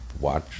watch